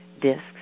discs